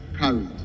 carried